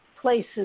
places